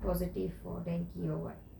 positive for dengue or what